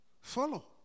follow